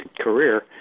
career